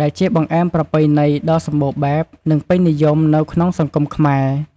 ដែលជាបង្អែមប្រពៃណីដ៏សម្បូរបែប និងពេញនិយមនៅក្នុងសង្គមខ្មែរ។